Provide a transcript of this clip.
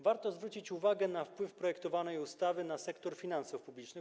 Warto zwrócić uwagę na wpływ projektowanej ustawy na sektor finansów publicznych.